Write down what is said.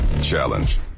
Challenge